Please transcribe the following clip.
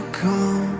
come